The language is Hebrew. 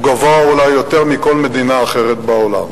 הוא גבוה אולי יותר מבכל מדינה אחרת בעולם.